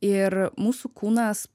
ir mūsų kūnas